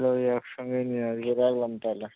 ওই একসঙ্গে নিয়ে আসবো রাখলাম তাহলে